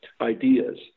ideas